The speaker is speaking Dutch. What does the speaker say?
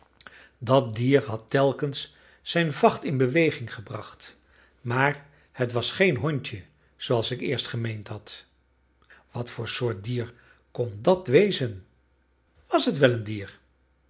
dat dier had telkens zijn vacht in beweging gebracht maar het was geen hondje zooals ik eerst gemeend had wat voor soort dier kon dat wezen was het wel een dier